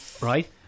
Right